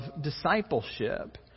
discipleship